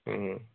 اۭں